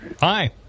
Hi